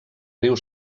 riu